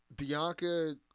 Bianca